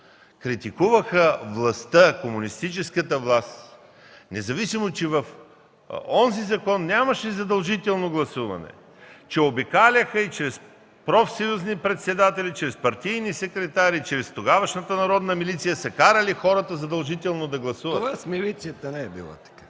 критикуваха комунистическата власт, независимо че в онзи закон нямаше задължително гласуване, че обикаляха и чрез профсъюзни председатели, чрез партийни секретари, чрез тогавашната Народна милиция са карали хората задължително да гласуват. ПРЕДСЕДАТЕЛ МИХАИЛ МИКОВ: Това с милицията не е било така.